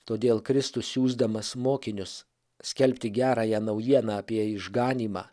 todėl kristus siųsdamas mokinius skelbti gerąją naujieną apie išganymą